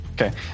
Okay